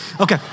Okay